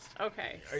Okay